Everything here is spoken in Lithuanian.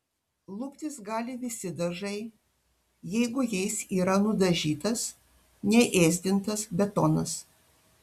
luptis gali visi dažai jeigu jais yra nudažytas neėsdintas betonas